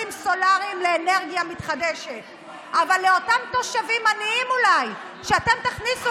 סולריים לאנרגיה מתחדשת אבל לאותם תושבים עניים אולי שתכניסו